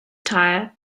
tire